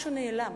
משהו נעלם